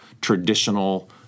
traditional